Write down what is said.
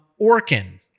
Orkin